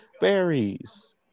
Berries